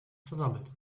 versammelt